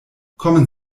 kommen